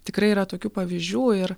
tikrai yra tokių pavyzdžių ir